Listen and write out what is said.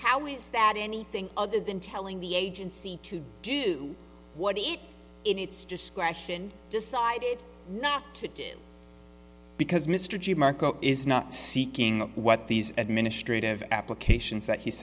how is that anything other than telling the agency to do what it in its discretion decided not to do because mr de marco is not seeking what these administrative applications that he